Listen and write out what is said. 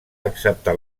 acceptar